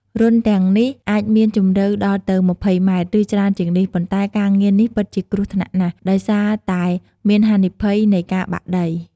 រន្ធទាំងនេះអាចមានជម្រៅដល់ទៅ ម្ភៃម៉ែត្រ ឬច្រើនជាងនេះ ប៉ុន្តែការងារនេះពិតជាគ្រោះថ្នាក់ណាស់ ដោយសារតែមានហានិភ័យនៃការបាក់ដី។